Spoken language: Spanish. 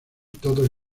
todos